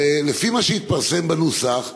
לפי מה שהתפרסם בנוסח,